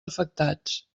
afectats